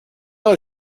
know